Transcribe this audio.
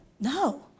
No